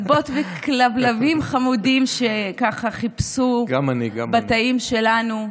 כלבות וכלבלבים חמודים, שחיפשו בתאים שלנו.